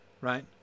right